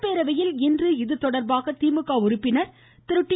சட்டப்பேரவையில் இன்று இதுதொடர்பாக திமுக உறுப்பினர் டி